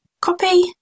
copy